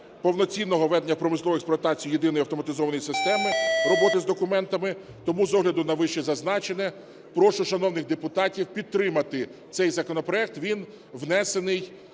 повноцінного ведення промислової експлуатації єдиної автоматизованої системи роботи з документами, тому з огляду на вищезазначене прошу шановних депутатів підтримати цей законопроект. Він внесений,